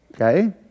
Okay